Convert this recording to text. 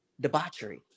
debauchery